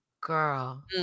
girl